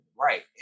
right